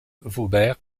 vauvert